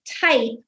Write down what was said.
type